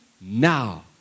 now